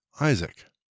Isaac